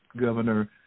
Governor